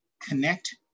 connect